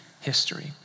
history